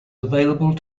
available